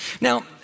Now